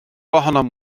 ohonom